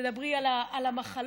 תדברי על המחלות,